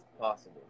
possible